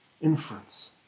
inference